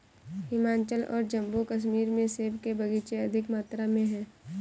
हिमाचल और जम्मू कश्मीर में सेब के बगीचे अधिक मात्रा में है